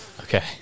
Okay